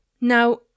Now